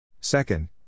Second